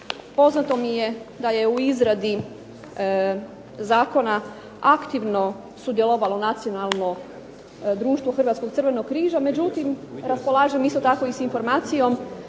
poznato mi je da je u izradi Zakona aktivno sudjelovalo nacionalno društvo Hrvatskog crvenog križa međutim, raspolažem isto tako i s informacijom